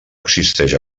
existeix